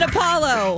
Apollo